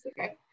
okay